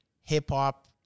Hip-hop